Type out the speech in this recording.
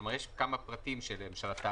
כלומר, יש כמה פרטים של התאריך